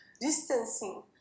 distancing